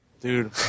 dude